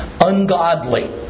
ungodly